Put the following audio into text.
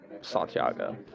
Santiago